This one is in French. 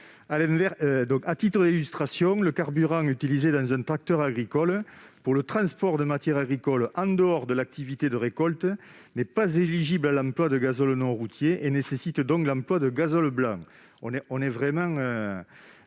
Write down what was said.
À titre d'illustration, le carburant utilisé dans un tracteur agricole pour le transport de matières agricoles en dehors de l'activité de récolte n'est pas éligible à l'emploi de gazole non routier et nécessite donc l'emploi de gazole blanc- on va vraiment